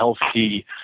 healthy